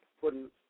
putting